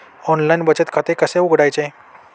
Online बचत खाते कसे उघडायचे?